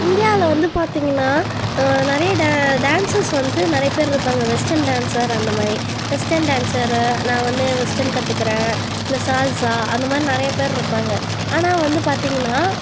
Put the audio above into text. இந்தியாவில் வந்து பார்த்திங்கன்னா நிறைய டான்சர்ஸ் வந்து நிறைய பேர் இருப்பாங்க வெஸ்டன் டான்சர் அந்தமாதிரி வெஸ்டன் டான்சர் நான் வந்து வெஸ்டன் கற்றுக்கிறேன் இல்லை சால்சா அந்தமாதிரி நிறைய பேர் இருப்பாங்க ஆனால் வந்து பார்த்திங்கன்னா